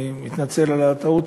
אני מתנצל על הטעות.